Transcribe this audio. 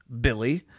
Billy